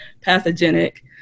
pathogenic